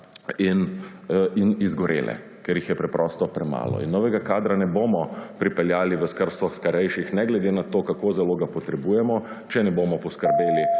in izgorele, ker jih je preprosto premalo. Novega kadra ne bomo pripeljali v skrbstvo starejših ne glede na to, kako zelo ga potrebujemo, če ne bomo poskrbeli